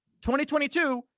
2022